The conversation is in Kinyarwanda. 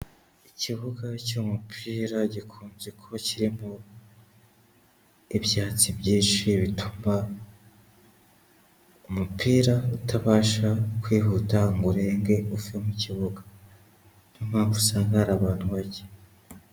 Ikibuga cy'umupira gikunze kuba kirimo ibyatsi byinshi, bituma umupira utabasha kwihuta ngo urenge uve mu kibuga. Niyo mpamvu usanga hari abantu bake.